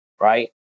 Right